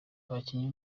abakinnyi